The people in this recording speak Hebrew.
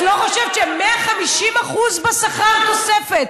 את לא חושבת ש-150% בשכר תוספת,